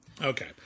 Okay